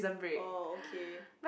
oh okay